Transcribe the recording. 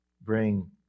bring